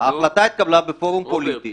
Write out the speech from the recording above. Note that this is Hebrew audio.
ההחלטה התקבלה בפורום פוליטי.